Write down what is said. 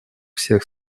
всех